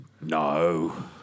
no